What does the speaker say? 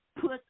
put